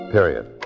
Period